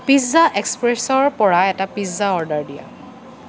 pizza এক্সপ্ৰেছৰ পৰা এটা পিজ্জা অৰ্ডাৰ দিয়া